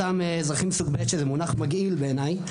אותם אזרחים סוג ב' שזה מונח מגעיל בעיניי,